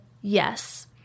yes